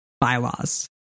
bylaws